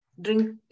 drink